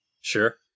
Sure